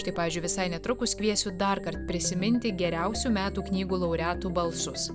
štai pavyzdžiui visai netrukus kviesiu darkart prisiminti geriausių metų knygų laureatų balsus